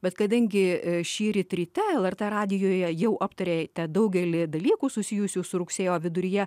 bet kadangi šįryt ryte lrt radijuje jau aptarėte daugelį dalykų susijusių su rugsėjo viduryje